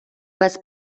без